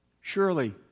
Surely